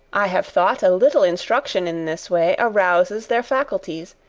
i have thought a little instruction in this way, arouses their faculties,